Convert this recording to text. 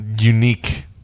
Unique